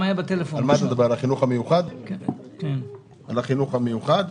למה החינוך החרדי